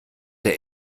der